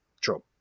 True